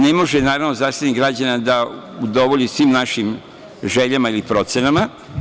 Ne može naravno Zaštitnik građana da udovolji svim našim željama ili procenama.